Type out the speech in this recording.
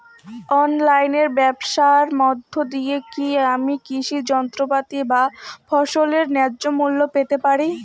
অনলাইনে ব্যাবসার মধ্য দিয়ে কী আমি কৃষি যন্ত্রপাতি বা ফসলের ন্যায্য মূল্য পেতে পারি?